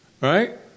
Right